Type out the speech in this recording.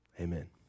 Amen